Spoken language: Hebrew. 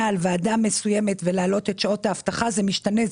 על ועדה מסוימת ולהעלות את שעות האבטחה זה משתנה,